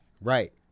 Right